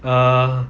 ah